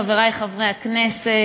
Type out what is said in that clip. חברי חברי הכנסת,